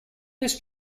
this